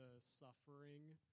suffering